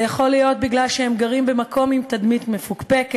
זה יכול להיות מפני שהם גרים במקום עם תדמית מפוקפקת,